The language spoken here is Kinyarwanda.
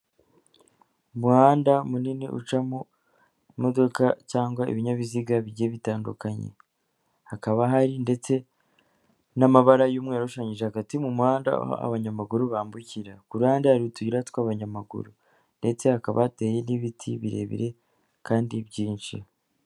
Umuhanda munini ucamo imodoka cyangwa ibinyabiziga bigiye bitandukanye; hakaba hari ndetse n'amabara y'umweru ashushanyije hagati mu muhanda aho abanyamaguru bambukira. Ku ruhande hari utuyira tw'abanyamaguru ndetse hakaba hateye n'ibiti birebire kandi byinshi.